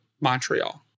Montreal